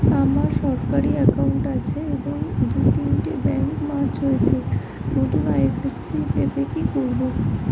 আমার সরকারি একাউন্ট আছে এবং দু তিনটে ব্যাংক মার্জ হয়েছে, নতুন আই.এফ.এস.সি পেতে কি করব?